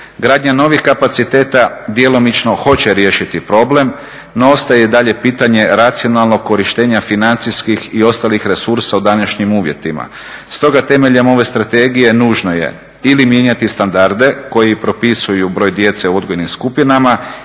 Gradnja novih kapaciteta djelomično hoće riješiti problem, no ostaje i dalje pitanje racionalnog korištenja financijskih i ostalih resursa u današnjim uvjetima. Stoga temeljem ove strategije nužno je ili mijenjati standarde koji propisuju broj djece u odgojnim skupinama